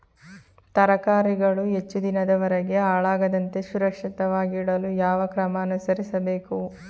ತರಕಾರಿಗಳು ಹೆಚ್ಚು ದಿನದವರೆಗೆ ಹಾಳಾಗದಂತೆ ಸುರಕ್ಷಿತವಾಗಿಡಲು ಯಾವ ಕ್ರಮ ಅನುಸರಿಸಬೇಕು?